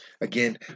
Again